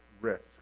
risk